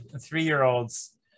three-year-olds